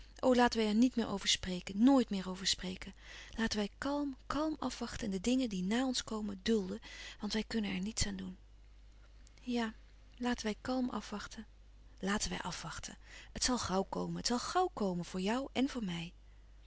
laten wij er niet meer over spreken nit meer over spreken laten wij kalm kalm afwachten en de dingen die nà ons komen dulden want wij kunnen er niets aan doen ja laten wij kalm afwachten laten wij afwachten het zal gauw komen het zal gauw komen voor jou en voor mij